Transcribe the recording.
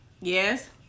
Yes